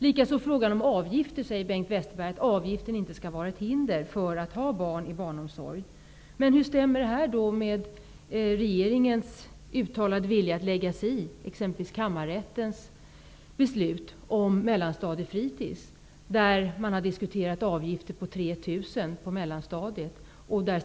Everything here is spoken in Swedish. I frågan om avgifter säger Bengt Westerberg att avgiften inte skall vara ett hinder för att ha barn i barnomsorg. Men hur stämmer då detta med regeringens uttalade vilja att lägga sig i exempelvis Kammarrättens beslut om mellanstadiefritis? Man har ju diskuterat att införa en avgift om 3 000 kr för mellanstadieelever.